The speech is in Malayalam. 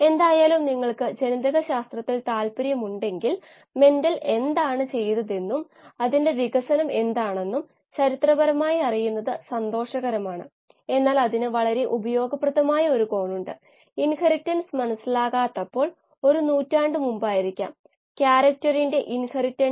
അത് നമുക്ക് ഓക്സിജൻ ട്രാൻസ്ഫർ ശേഷി അല്ലെങ്കിൽ ബയോറിയാക്റ്ററിന്റെ ഓക്സിജൻ വിതരണ ശേഷി യെ കുറിച്ച് ഒരു ധാരണ നൽകുന്നു